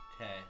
Okay